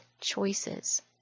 choices